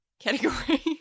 category